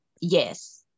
yes